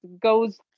goes